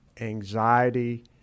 anxiety